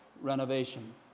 renovation